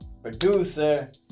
producer